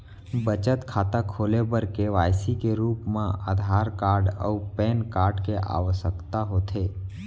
बचत खाता खोले बर के.वाइ.सी के रूप मा आधार कार्ड अऊ पैन कार्ड के आवसकता होथे